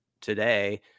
today –